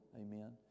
Amen